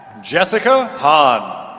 jessica haan